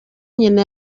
nyina